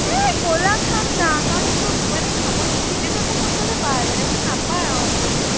এই গ'লা খাম না কাৰণ সেইটো মানে খাব ছিলড্ৰেন পাৰ্কৰ ফ্ৰণ্টতে পায় বেলেগত নাপায় আৰু বেলেগ